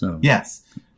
Yes